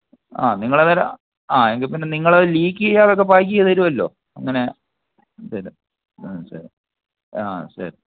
ആ നിങ്ങളേതായാലും ആ എങ്കിപ്പിന്നെ നിങ്ങളത് ലീക്ക് ചെയ്യാതെയൊക്കെ പാക്ക് ചെയ്ത് തരുവല്ലോ അങ്ങനെ തരും ആ ശരി ആ ശരി